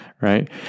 Right